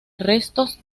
restos